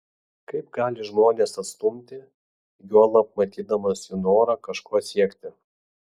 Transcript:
kaip gali žmones atstumti juolab matydamas jų norą kažko siekti